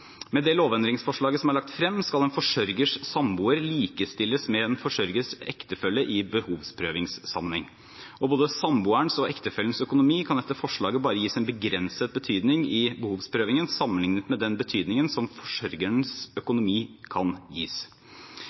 Med det lovendringsforslaget som er lagt frem, skal en forsørgers samboer likestilles med en forsørgers ektefelle i behovsprøvingssammenheng. Både samboerens og ektefellens økonomi kan etter forslaget bare gis en begrenset betydning i behovsprøvingen sammenlignet med den betydningen som forsørgernes økonomi kan gis.